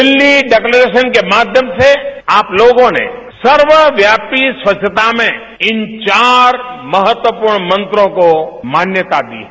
Delhi declaration के माध्यम से आप लोगों ने सर्वव्यापी स्वच्छता में इन चार महत्वपूर्ण मंत्रों को मान्यता दी है